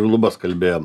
lubas kalbėjom